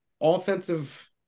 Offensive